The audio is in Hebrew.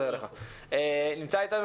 נמצא אתנו